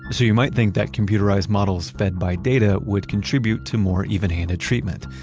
so you might think that computerized models fed by data would contribute to more evenhanded treatment.